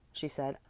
she said.